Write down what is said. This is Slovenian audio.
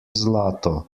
zlato